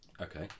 Okay